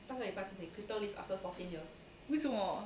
为什么